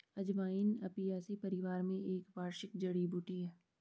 अजवाइन अपियासी परिवार में एक वार्षिक जड़ी बूटी है